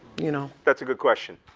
you know? that's a good question.